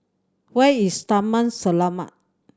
where is Taman Selamat